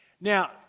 Now